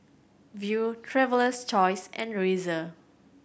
Viu Traveler's Choice and Razer